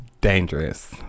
dangerous